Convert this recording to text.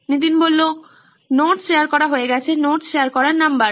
Nitin notes share করা হয়ে গেছে নোটস শেয়ার করার নাম্বার